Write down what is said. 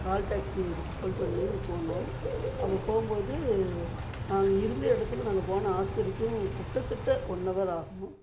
கால் taxi இதுக்கு phone பண்ணி போனோம் அப்போ போகும்போது நாங்கள் இருந்த இடத்துல நாங்கள் போன ஆஸ்பத்திரிக்கும் கிட்டத்தட்ட ஒன்னவர் ஆகும்